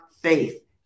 faith